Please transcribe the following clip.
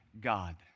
God